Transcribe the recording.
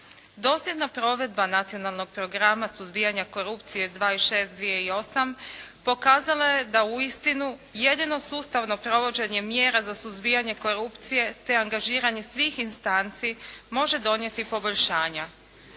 Dosljedna provedba Nacionalnog programa suzbijanja korupcije 26/2008. pokazala je da uistinu jedino sustavno provođenje mjera za suzbijanje korupcije te angažiranje svih instanci može donijeti poboljšanja.